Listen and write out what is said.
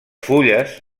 fulles